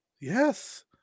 yes